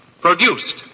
produced